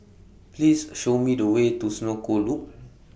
Please Show Me The Way to Senoko Loop